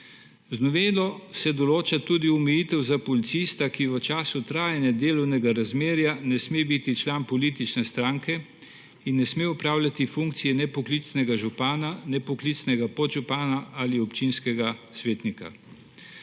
Z novelo se določa tudi omejitev za policista, ki v času trajanja delovnega razmerja ne sme biti član politične stranke in ne sme opravljati funkcije poklicnega župana, poklicnega podžupana ali občinskega svetnika.